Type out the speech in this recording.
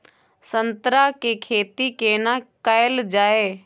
संतरा के खेती केना कैल जाय?